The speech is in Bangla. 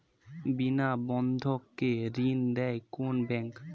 বিনা বন্ধক কে ঋণ দেয় কোন ব্যাংক?